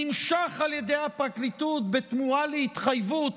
שנמשך על ידי הפרקליטות בתמורה להתחייבות